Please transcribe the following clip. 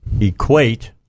equate